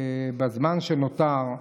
בזמן שנותר,